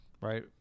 Right